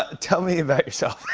ah tell me about yourself.